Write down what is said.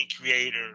creator